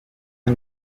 uko